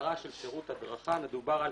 בהגדרה של "שירות הדרכה", מדובר על